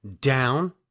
down